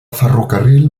ferrocarril